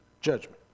Judgment